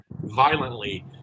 violently